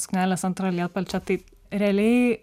suknelės antro lietpalčio tai realiai